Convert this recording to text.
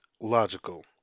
logical